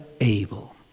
able